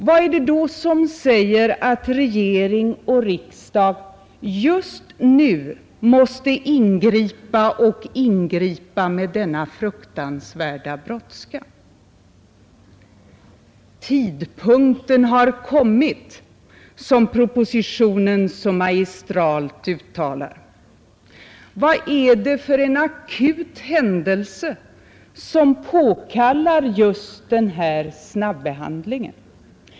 Vad är det som säger att regering och riksdag just nu måste ingripa och ingripa med denna fruktansvärda brådska? Tidpunkten har kommit, som propositionen så magistralt uttalar. Vad är det för akut händelse som påkallar just denna snabbehandling?